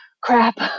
crap